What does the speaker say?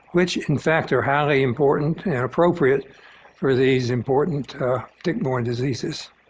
which, in fact, are highly important and appropriate for these important tick-borne diseases.